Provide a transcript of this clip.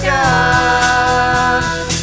God